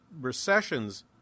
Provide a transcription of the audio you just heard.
recessions